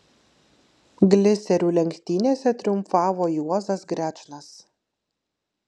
gliserių lenktynėse triumfavo juozas grečnas